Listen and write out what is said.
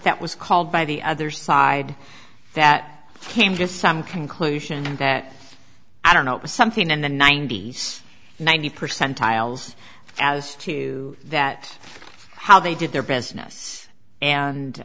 that was called by the other side that came just some conclusion that i don't know it was something in the ninety's ninety percent tiles as to that how they did their business and